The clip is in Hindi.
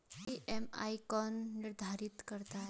ई.एम.आई कौन निर्धारित करता है?